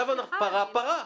פרה פרה.